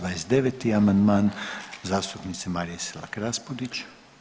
29. amandman zastupnice Marije Selak Raspudić.